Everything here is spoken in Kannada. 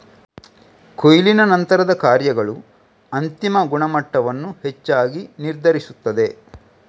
ಕೊಯ್ಲಿನ ನಂತರದ ಕಾರ್ಯಗಳು ಅಂತಿಮ ಗುಣಮಟ್ಟವನ್ನು ಹೆಚ್ಚಾಗಿ ನಿರ್ಧರಿಸುತ್ತದೆ